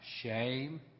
shame